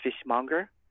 fishmonger